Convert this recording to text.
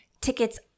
tickets